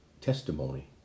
testimony